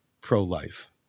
pro-life